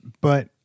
but-